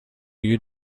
you